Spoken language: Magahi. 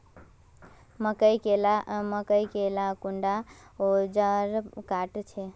मकई के ला कुंडा ओजार काट छै?